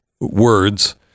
words